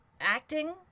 acting